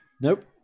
Nope